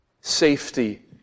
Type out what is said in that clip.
safety